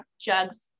jugs